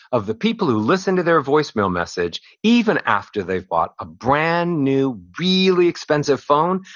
of the people who listen to their voicemail message even after they bought a brand new, really expensive phone,